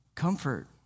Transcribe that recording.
comfort